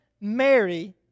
Mary